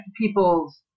people's